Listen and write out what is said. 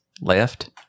left